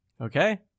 Okay